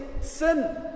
sin